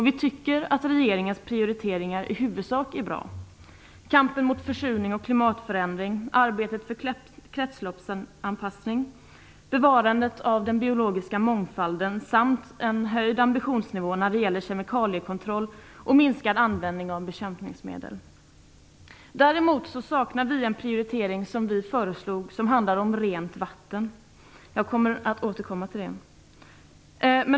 Vi tycker att regeringens prioriteringar i huvudsak är bra: kampen mot försurning och klimatförändring, arbetet för kretsloppsanpassning, bevarandet av den biologiska mångfalden samt en höjd ambitionsnivå när det gäller kemikaliekontroll och minskad användning av bekämpningsmedel. Däremot saknar vi en prioritering som vi föreslagit och som handlar om rent vatten. Jag skall återkomma till det.